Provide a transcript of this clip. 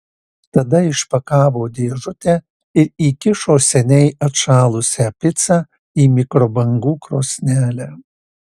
tada išpakavo dėžutę ir įkišo seniai atšalusią picą į mikrobangų krosnelę